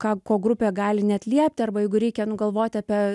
ką ko grupė gali neatliepti arba jeigu reikia nu galvoti apie